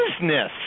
business